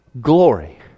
glory